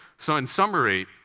so in summary,